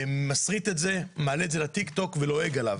מסריט את זה, מעלה את זה לטיקטוק ולועג לו.